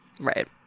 Right